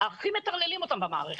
הכי מטרללים אותם במערכת,